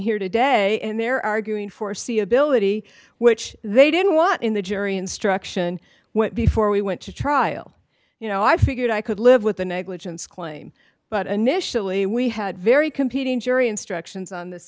here today and they're arguing foreseeability which they didn't want in the jury instruction went before we went to trial you know i figured i could live with the negligence claim but an initially we had very competing jury instructions on this